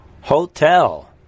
Hotel